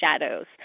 shadows